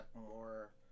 more